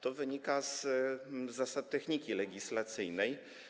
To wynika z zasad techniki legislacyjnej.